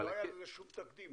לא היה לזה שום תקדים.